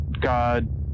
god